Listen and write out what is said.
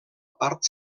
part